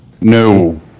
No